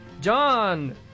John